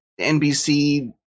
NBC